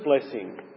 blessing